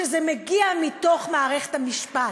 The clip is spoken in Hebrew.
שזה מגיע מתוך מערכת המשפט.